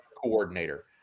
coordinator